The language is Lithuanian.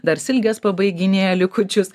dar silkės pabaiginėja likučius